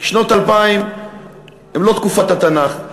כי שנות האלפיים הן לא תקופת התנ"ך,